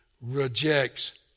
rejects